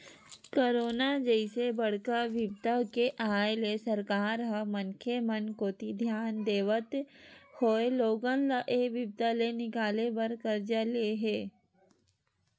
corona जइसे बड़का बिपदा के आय ले सरकार ह मनखे मन कोती धियान देवत होय लोगन ल ऐ बिपदा ले निकाले बर करजा ले हे